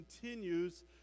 continues